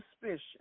suspicion